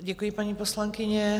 Děkuji, paní poslankyně.